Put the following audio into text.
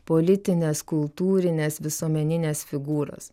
politinės kultūrinės visuomeninės figūros